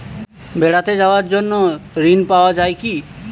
বেড়াতে যাওয়ার জন্য ঋণ পাওয়া যায় কি?